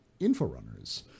InfoRunners